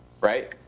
right